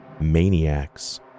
maniacs